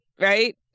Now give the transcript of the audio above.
right